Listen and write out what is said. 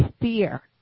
fear